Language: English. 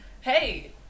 Hey